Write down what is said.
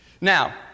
Now